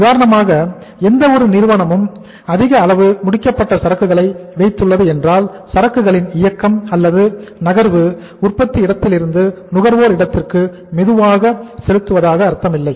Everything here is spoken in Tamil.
உதாரணமாக எந்த ஒரு நிறுவனமும் அதிக அளவு முடிக்கப்பட்ட சரக்குகளை வைத்துள்ளது என்றால் சரக்குகளின் இயக்கம் அல்லது நகர்வு உற்பத்தி இடத்திலிருந்து நுகர்வோர் இடத்திற்கு மெதுவாக செல்லுவதாக அர்த்தமில்லை